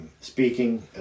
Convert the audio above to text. speaking